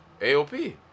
AOP